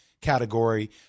category